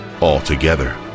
altogether